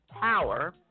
Power